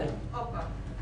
הופה.